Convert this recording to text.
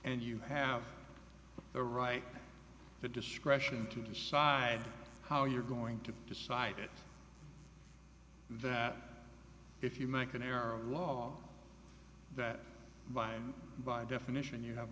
and you have the right the discretion to decide how you're going to decide it that if you make an error a law that by and by definition you have